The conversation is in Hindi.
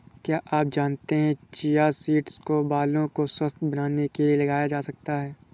क्या आप जानते है चिया सीड्स को बालों को स्वस्थ्य बनाने के लिए लगाया जा सकता है?